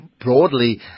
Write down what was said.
broadly